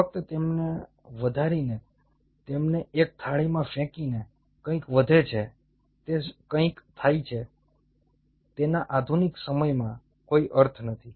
ફક્ત તેમને વધારીને તેમને એક થાળીમાં ફેંકીને કંઈક વધે છે તે કંઈક થાય છે તેનો આધુનિક સમયમાં કોઈ અર્થ નથી